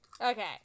Okay